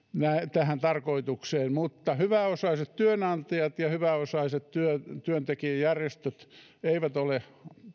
tähän tarkoitukseen mutta hyväosaiset työnantajat ja hyväosaiset työntekijäjärjestöt eivät ole